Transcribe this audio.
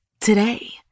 today